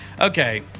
Okay